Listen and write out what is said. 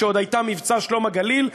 כשעוד היה מבצע "שלום הגליל".